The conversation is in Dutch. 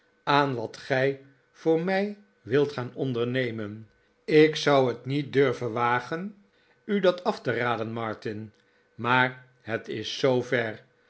aan wat gij voor mij wilt gaan ondernemen ik zou het niet durven wagen u dat af te raden martin maar het is zoo